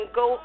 go